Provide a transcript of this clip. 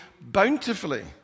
bountifully